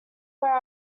where